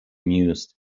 mused